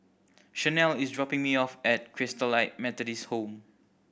Shanelle is dropping me off at Christalite Methodist Home